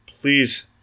please